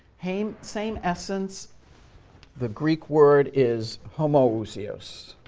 same same essence the greek word is homoousios.